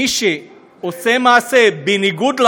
מי שעושה מעשה בניגוד לחוק,